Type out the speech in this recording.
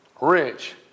rich